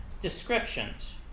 descriptions